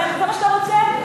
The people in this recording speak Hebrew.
זה מה שאתה רוצה?